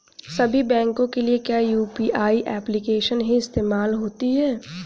सभी बैंकों के लिए क्या यू.पी.आई एप्लिकेशन ही इस्तेमाल होती है?